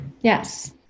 Yes